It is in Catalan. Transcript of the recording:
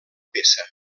peça